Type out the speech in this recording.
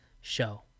show